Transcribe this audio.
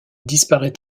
disparait